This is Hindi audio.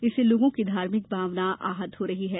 इससे लोगों की धार्मिक भावना आहत हो रही है